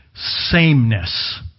Sameness